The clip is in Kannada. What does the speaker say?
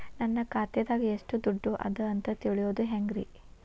ನನ್ನ ಖಾತೆದಾಗ ಎಷ್ಟ ದುಡ್ಡು ಅದ ಅಂತ ತಿಳಿಯೋದು ಹ್ಯಾಂಗ್ರಿ?